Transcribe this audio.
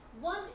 One